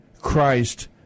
Christ